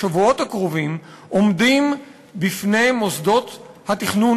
בשבועות הקרובים עומדים בפני מוסדות התכנון